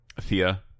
Thea